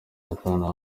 akanama